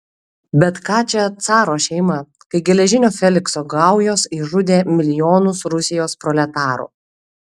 bet ką čia caro šeima kai geležinio felikso gaujos išžudė milijonus rusijos proletarų